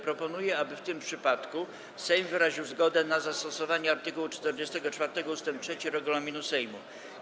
Proponuję, aby w tym przypadku Sejm wyraził zgodę na zastosowanie art. 44 ust. 3 regulaminu Sejmu.